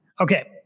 Okay